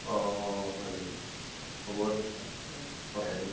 অঁ হয় নেকি হ'ব তেতিয়াহ'লে পঠাই দিম